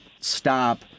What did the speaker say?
stop